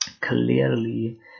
clearly